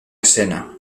escena